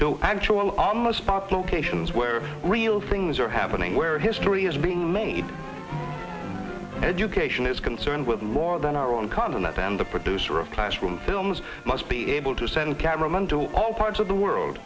to actual on the spot locations where real things are happening where history is being made education is concerned with more than our own continent and the producer of classroom films must be able to send cameraman to all parts of the world